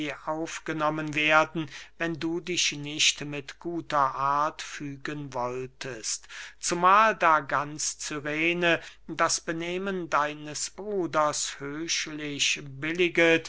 aufgenommen werden wenn du dich nicht mit guter art fügen wolltest zumahl da ganz cyrene das benehmen deines bruders höchlich billiget